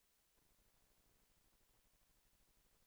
בעקבות